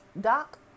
Doc